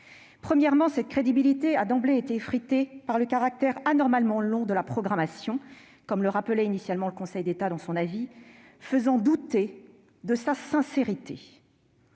Premièrement, cette crédibilité a d'emblée été effritée par le caractère anormalement long de la programmation, comme l'a rappelé initialement le Conseil d'État dans son avis, faisant ainsi douter de sa sincérité.